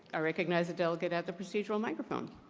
ah recognize the delegate at the procedural microphone.